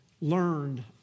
learned